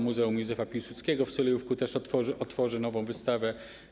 Muzeum Józefa Piłsudskiego w Sulejówku też otworzy nową wystawę.